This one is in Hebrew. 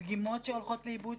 דגימות שהולכות לאיבוד,